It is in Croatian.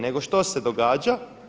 Nego što se događa?